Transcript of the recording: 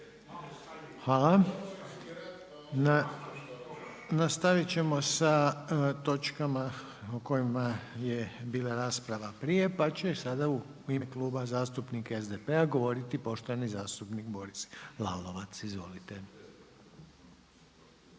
(HDZ)** Nastaviti ćemo sa točkama o kojima je bila rasprava prije, pa će sada u ime Kluba zastupnika SDP-a govoriti poštovani zastupnika Boris Lalovac. Izvolite.